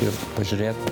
ir pažiūrėt